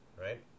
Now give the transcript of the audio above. right